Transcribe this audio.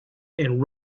and